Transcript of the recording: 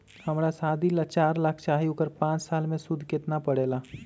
हमरा शादी ला चार लाख चाहि उकर पाँच साल मे सूद कितना परेला?